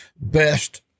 best